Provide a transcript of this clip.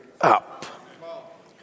up